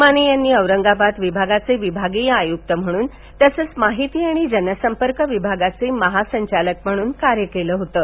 माने यांनी औरंगाबाद विभागाचे विभागीय आय्क्त म्हणून तसंच माहिती आणि जनसंपर्क विभागाचे महासंचालक म्हणून कार्य केलं होतं